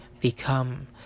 become